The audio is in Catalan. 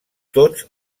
tots